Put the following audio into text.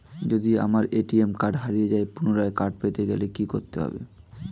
যদি আমার ATM card হারিয়ে যায় পুনরায় কার্ড পেতে গেলে কি করতে হবে?